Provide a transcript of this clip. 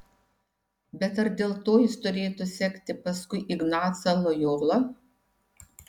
bet ar dėl to jis turėtų sekti paskui ignacą lojolą